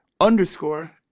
underscore